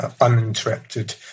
uninterrupted